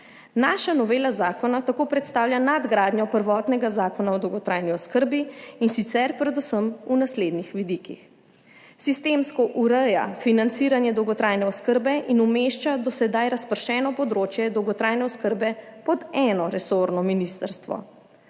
Naša novela zakona tako predstavlja nadgradnjo prvotnega Zakona o dolgotrajni oskrbi, in sicer predvsem v naslednjih vidikih: sistemsko ureja financiranje dolgotrajne oskrbe in umešča do sedaj razpršeno področje dolgotrajne oskrbe pod eno resorno ministrstvo,